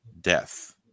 death